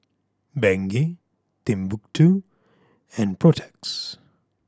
Bengay Timbuk Two and Protex